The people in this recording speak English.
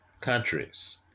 countries